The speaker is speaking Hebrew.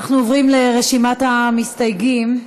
אנחנו עוברים לרשימת המסתייגים.